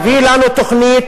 אני שואל את עצמי,